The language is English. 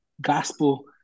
gospel